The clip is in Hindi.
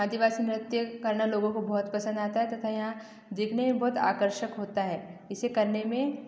आदिवासी नृत्य करना लोगों को बहुत पसंद आता है तथा यहाँ देखने में बहुत आकर्षक होता है इसे करने में